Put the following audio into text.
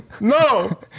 no